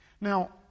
Now